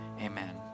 amen